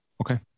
Okay